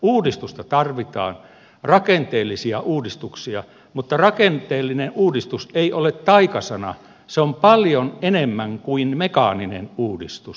uudistusta tarvitaan rakenteellisia uudistuksia mutta rakenteellinen uudistus ei ole taikasana se on paljon enemmän kuin mekaaninen uudistus